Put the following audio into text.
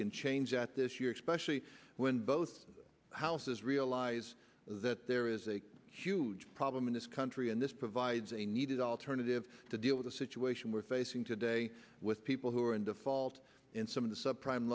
can change at this year especially when both houses realize that there is a huge problem in this country and this provides a needed alternative to deal with the situation we're facing today with people who are in default in some of the subprime